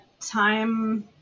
time